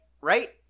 right